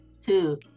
Two